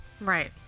right